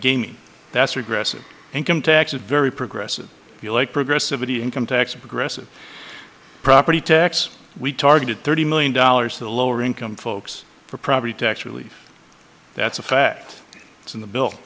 g that's regressive income tax a very progressive if you like progressivity income tax progressive property tax we targeted thirty million dollars to the lower income folks for property tax relief that's a fact it's in the bill